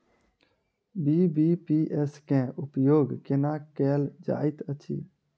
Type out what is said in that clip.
BBPS केँ उपयोग केना कएल जाइत अछि?